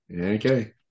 Okay